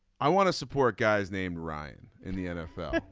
i want to support guys named ryan in the nfl.